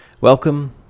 Welcome